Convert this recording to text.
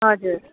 हजुर